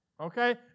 okay